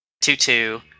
Two-two